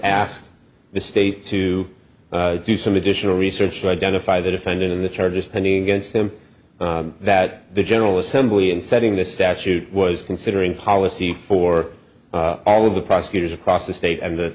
ask the state to do some additional research to identify the defendant in the charges pending against him that the general assembly and setting the statute was considering policy for all of the prosecutors across the state and the